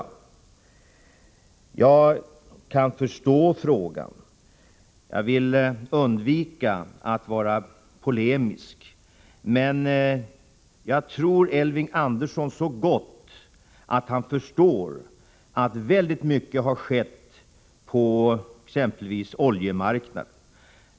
Jag kan förstå frågan, och jag vill undvika att vara polemisk, men jag tror Elving Andersson om så gott att han förstår att mycket har skett sedan 1979 exempelvis på oljemarknaden.